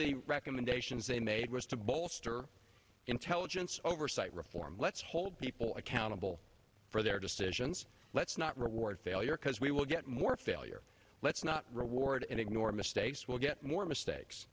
the recommendations they made was to bolster intelligence oversight reform let's hold people accountable for their decisions let's not reward failure because we will get more failure let's not reward and ignore mistakes will get more mistakes